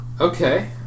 Okay